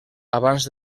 abans